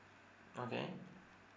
okay